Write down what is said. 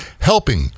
helping